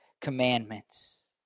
commandments